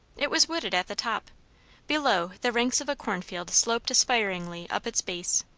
it was wooded at the top below, the ranks of a cornfield sloped aspiringly up its base.